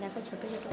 দেখো ছোটো ছোটো